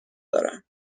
دارند